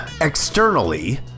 externally